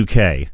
UK